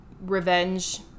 revenge